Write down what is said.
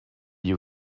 you